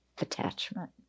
attachment